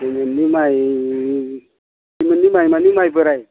सेमोननि माइ सेमोननि माइ माने माइ बोराय